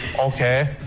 Okay